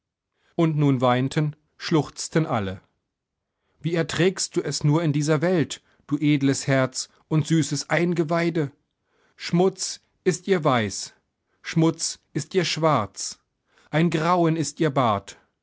und nun weinten schluchzten alle wie erträgst nur du es in dieser welt du edles herz und süßes eingeweide schmutz ist ihr weiß schmutz ist ihr schwarz ein grauen ist ihr bart